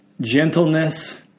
gentleness